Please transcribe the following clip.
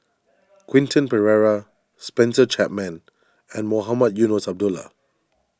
Quentin Pereira Spencer Chapman and Mohamed Eunos Abdullah